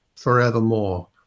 forevermore